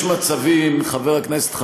רגע, רגע, שנייה, ויש מצבים, חבר הכנסת חסון,